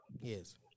yes